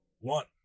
one